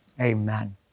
Amen